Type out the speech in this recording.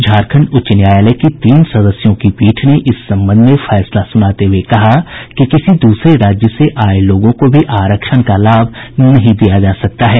झारखंड उच्च न्यायालय की तीन सदस्यों की पीठ ने इस संबंध में फैसला सुनाते हुए कहा कि किसी दूसरे राज्य से आये लोगों को भी आरक्षण का लाभ नहीं दिया जा सकता है